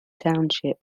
township